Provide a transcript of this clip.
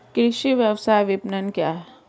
कृषि व्यवसाय विपणन क्या है?